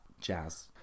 jazz